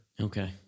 Okay